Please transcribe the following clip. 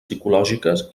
psicològiques